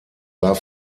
war